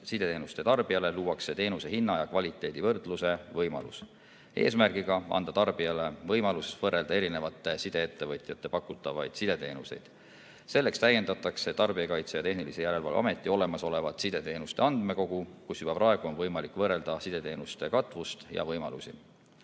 sideteenuste tarbijale luuakse teenuse hinna ja kvaliteedi võrdluse võimalus, et anda tarbijale võimalus võrrelda erinevate sideettevõtjate pakutavaid sideteenuseid. Selleks täiendatakse Tarbijakaitse ja Tehnilise Järelevalve Ameti olemasolevat sideteenuste andmekogu, kus juba praegu on võimalik võrrelda sideteenuste katvust ja võimalusi.